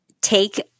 take